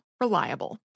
reliable